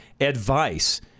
Advice